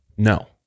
no